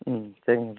ம் சரிங்க